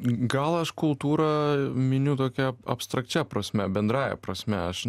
gal aš kultūrą miniu tokia abstrakčia prasme bendrąja prasme aš